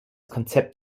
konzept